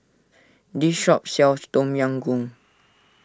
this shop sells Tom Yam Goong